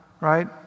Right